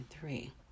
three